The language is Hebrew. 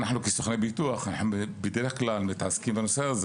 כסוכני ביטוח אנו בדרך כלל מתעסקים בנושא הזה,